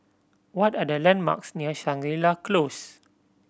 what are the landmarks near Shangri La Close